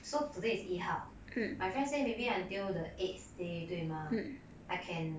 so today is 一号 my friend say maybe until the eighth day 对吗 I can